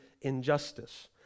injustice